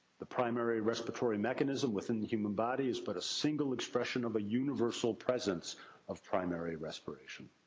the primary respiratory mechanism within the human body is but a single expression of a universal presence of primary respiration.